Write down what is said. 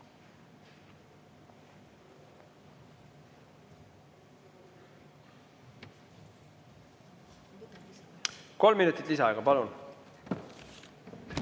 Kolm minutit lisaaega, palun!